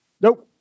Nope